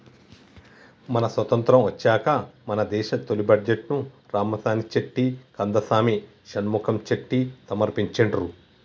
మనకి స్వతంత్రం వచ్చాక మన దేశ తొలి బడ్జెట్ను రామసామి చెట్టి కందసామి షణ్ముఖం చెట్టి సమర్పించిండ్రు